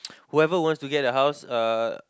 whoever who wants to get a house uh